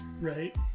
right